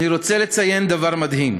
אני רוצה לציין דבר מדהים: